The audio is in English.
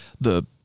The